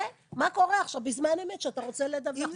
ומה קורה עכשיו בזמן אמת כשאתה רוצה לדווח.